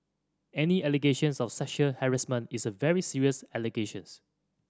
any allegations of sexual harassment is a very serious allegations